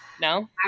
No